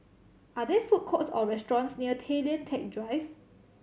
are there food courts or restaurants near Tay Lian Teck Drive